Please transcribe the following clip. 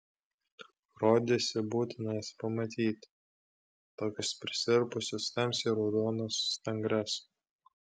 rodėsi būtina jas pamatyti tokias prisirpusias tamsiai raudonas stangrias